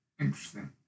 Interesting